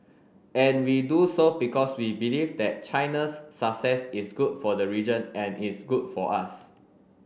and we do so because we believe that China's success is good for the region and is good for us